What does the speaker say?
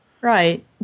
Right